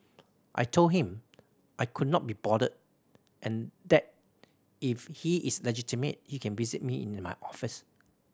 I told him I could not be bothered and that if he is legitimate he can visit me in my office